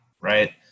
right